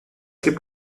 gibt